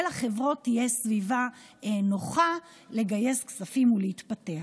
שלחברות תהיה סביבה נוחה לגייס כספים ולהתפתח.